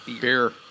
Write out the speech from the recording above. Beer